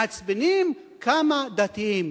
מעצבנים כמה דתיים.